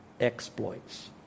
exploits